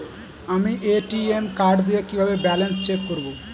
আমি ATM card দিয়ে কিভাবে ব্যালেন্স চেক করব?